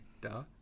Duh